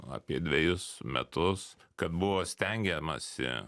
apie dvejus metus kad buvo stengiamasi